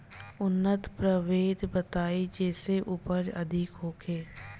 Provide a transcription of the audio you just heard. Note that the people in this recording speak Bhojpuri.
उन्नत प्रभेद बताई जेसे उपज अधिक होखे?